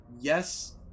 Yes